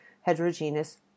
heterogeneous